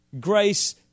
Grace